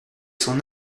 son